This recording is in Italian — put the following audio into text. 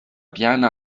piana